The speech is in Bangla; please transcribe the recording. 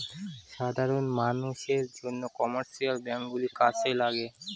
সাধারন মানষের জন্য কমার্শিয়াল ব্যাঙ্ক গুলো কাজে লাগে